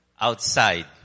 outside